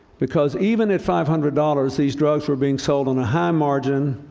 because even at five hundred dollars, these drugs were being sold on a high-margin,